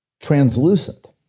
translucent